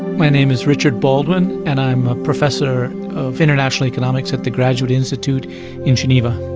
my name is richard baldwin, and i'm a professor of international economics at the graduate institute in geneva.